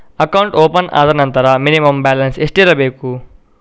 Account open ಆದ ನಂತರ minimum balance ಎಷ್ಟಿರಬೇಕು?